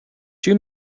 two